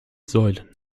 säulen